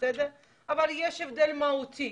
אבל יש הבדל מהותי.